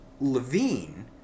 Levine